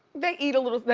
they eat a little,